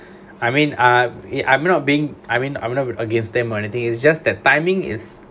I mean ah ya I'm not being I mean I'm not against them or anything it's just that timing is